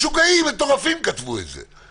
משוגעים, מטורפים כתבו את זה.